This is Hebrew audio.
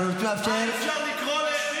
אנחנו רוצים לאפשר --- משווים אותו להיטלר.